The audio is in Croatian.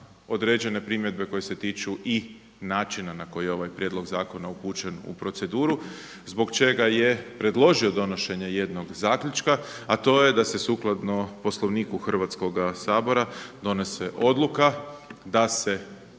određene primjedbe koje se tiču i načina na koji je ovaj prijedlog zakona upućen u proceduru zbog čega je predložio donošenje jednog zaključka, a to je da se sukladno Poslovniku Hrvatskoga sabora donese odluka da se